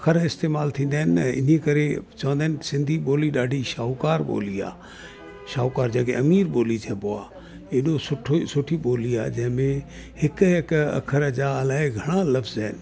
अख़र इस्तेमालु थींदा आहिनि न चवंदा आहिनि सिंधी ॿोली ॾाढी शाऊकार ॿोली आहे शाऊकार जंहिंखे अमीर ॿोली चइबो आहे एॾो एॾी सुठी ॿोली आहे जंहिंमें हिकु हिकु अख़र जा अलाए घणा लव्ज़ आहिनि